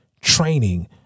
training